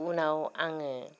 उनाव आङो